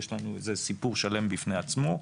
זה סיפור שלם בפני עצמו.